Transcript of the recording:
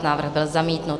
Návrh byl zamítnut.